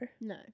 no